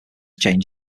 change